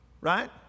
right